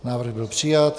Návrh byl přijat.